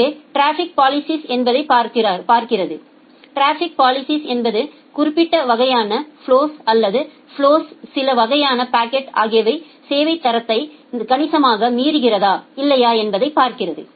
எனவே traffic policies எதைப் பார்க்கிறது டிராஃபிக் பாலிஸிஸ் என்பது குறிப்பிட்ட வகையான ஃபலொஸ் அல்லது ஃபலொஸ்களில் சில வகையான பாக்கெட் ஆகியவை சேவைத் தேவையின் தரத்தை கணிசமாக மீறுகிறதா இல்லையா என்பதைப் பார்க்கிறது